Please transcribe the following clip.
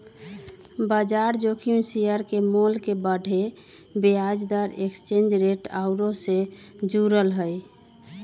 बजार जोखिम शेयर के मोल के बढ़े, ब्याज दर, एक्सचेंज रेट आउरो से जुड़ल हइ